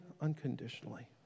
unconditionally